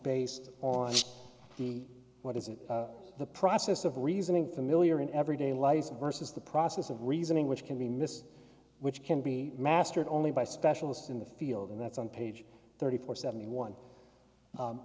based on the what is it the process of reasoning familiar in everyday life versus the process of reasoning which can be missed which can be mastered only by specialists in the field and that's on page thirty four seventy one